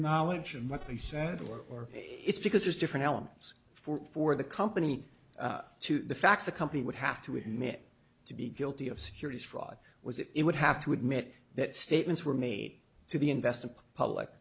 knowledge and what they said or it's because there's different elements for for the company to the facts a company would have to admit to be guilty of securities fraud was it would have to admit that statements were made to the investing public